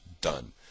Done